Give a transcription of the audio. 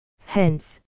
Hence